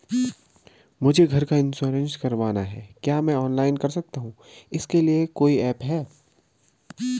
मुझे घर का इन्श्योरेंस करवाना है क्या मैं ऑनलाइन कर सकता हूँ इसके लिए कोई ऐप है?